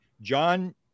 John